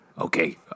Okay